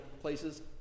places